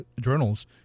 journals